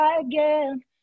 again